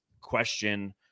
question